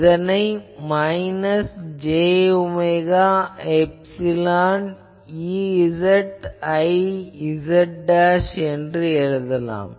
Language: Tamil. எனவே இதனை minus j omega epsilon Ez iz எனலாம்